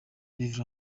rev